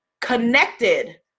connected